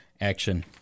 action